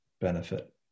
benefit